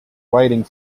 waiting